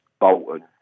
Bolton